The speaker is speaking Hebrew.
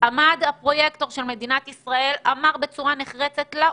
עמד הפרויקטור של מדינת ישראל ואמר בצורה נחרצת לאומה: